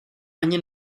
ani